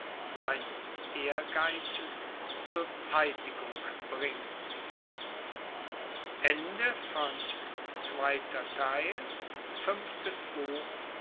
seines ehrgeizes zur zeitigung bringen